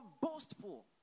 boastful